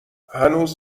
هنوز